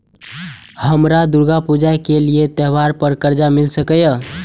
हमरा दुर्गा पूजा के लिए त्योहार पर कर्जा मिल सकय?